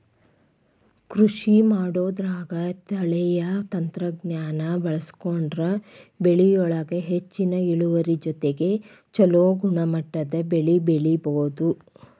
ಕೃಷಿಮಾಡೋದ್ರಾಗ ತಳೇಯ ತಂತ್ರಜ್ಞಾನ ಬಳಸ್ಕೊಂಡ್ರ ಬೆಳಿಯೊಳಗ ಹೆಚ್ಚಿನ ಇಳುವರಿ ಜೊತೆಗೆ ಚೊಲೋ ಗುಣಮಟ್ಟದ ಬೆಳಿ ಬೆಳಿಬೊದು